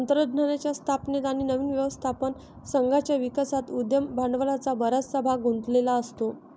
तंत्रज्ञानाच्या स्थापनेत आणि नवीन व्यवस्थापन संघाच्या विकासात उद्यम भांडवलाचा बराचसा भाग गुंतलेला असतो